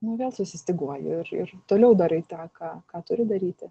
nu vėl susistyguoji ir ir toliau darai tą ką ką turi daryti